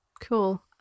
Cool